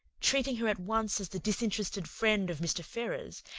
treating her at once as the disinterested friend of mr. ferrars,